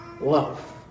love